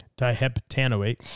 diheptanoate